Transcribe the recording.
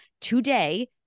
today